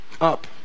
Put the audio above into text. up